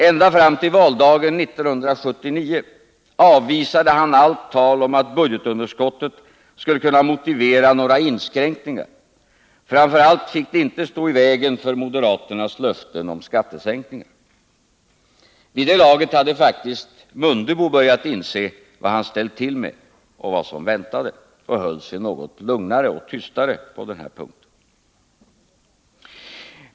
Ända fram till valdagen 1979 avvisade han allt tal om att budgetunderskottet skulle kunna motivera några inskränkningar. Framför allt fick det inte stå i vägen för moderaternas löften om skattesänkningar. Vid det laget hade faktiskt Mundebo börjat inse vad han ställt till med och vad som väntade och höll sig något lugnare och tystare på den här punkten.